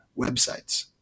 websites